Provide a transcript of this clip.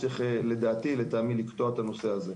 צריך לקטוע את הנושא הזה.